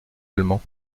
allemand